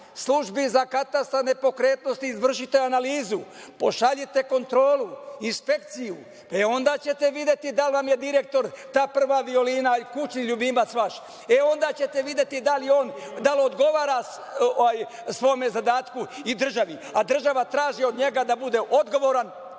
Službi za katastar nepokretnosti, izvršite analizu, pošaljite kontrolu, inspekciju, pa onda ćete videti da li vam je direktor ta prava violina, kućni ljubimac vaš.E, onda ćete videti da li on odgovara svom zadatku i državi, a država traži od njega da bude odgovoran